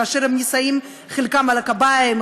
כאשר הם נישאים חלקם על קביים,